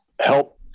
help